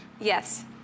Yes